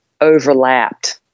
overlapped